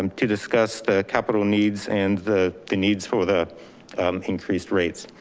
um to discuss the capital needs and the the needs for the increased rates.